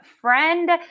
friend